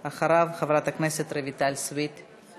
אחריו, חברת הכנסת רויטל סויד.